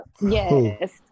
yes